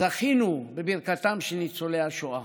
זכינו בברכתם של ניצולי השואה,